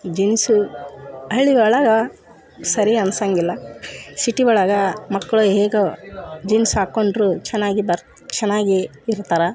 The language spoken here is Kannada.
ಜೀನ್ಸು ಹಳ್ಳಿ ಒಳಗೆ ಸರಿ ಆನಿಸಂಗಿಲ್ಲ ಸಿಟಿ ಒಳಗೆ ಮಕ್ಕಳು ಹೇಗೋ ಜೀನ್ಸ್ ಹಾಕ್ಕೊಂಡರೂ ಚೆನ್ನಾಗಿ ಬರ್ ಚೆನ್ನಾಗಿ ಇರ್ತಾರೆ